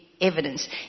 evidence